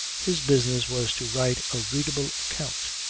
his business was to write a readable account.